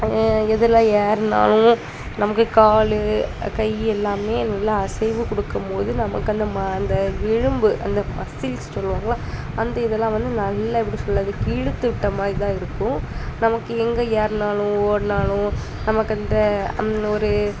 எதில் ஏறினாலும் நமக்கு கால் கை எல்லாமே நல்லா அசைவு கொடுக்கும்போது நமக்கு அந்த ம அந்த எலும்பு அந்த மஸில்ஸ் சொல்லுவாங்கள்ல அந்த இதெல்லாம் வந்து நல்லா எப்படி சொல்கிறது இழுத்து விட்ட மாதிரி தான் இருக்கும் நமக்கு எங்கே ஏறினாலும் ஓடினாலும் நமக்கு அந்த அந்த ஒரு